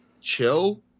chill